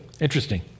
Interesting